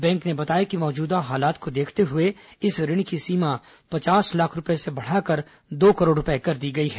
bank ने बताया कि मौजूदा हालत को देखते हुए इस ऋण की सीमा पचास लाख रुपए से बढ़ाकर दो करोड़ रुपए कर दी गई है